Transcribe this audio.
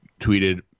tweeted